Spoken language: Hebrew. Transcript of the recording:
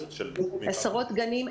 עשרות גנים,